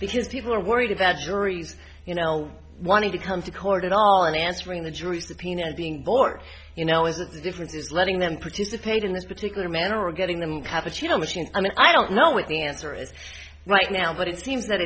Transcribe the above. because people are worried about juries you know wanting to come to court at all and answering the jury subpoena and being bored you know is that the difference is letting them participate in this particular manner or getting them cappuccino machine i mean i don't know what the answer is right now but it seems that